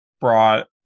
brought